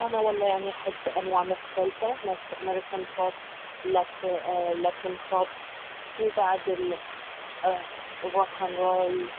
انا والله يعني احب أنواع مختلفة نفس امريكان بوب لاتين بوب وبعد الروك اند رول